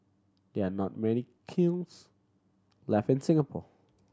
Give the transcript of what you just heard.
there are not many kilns left in Singapore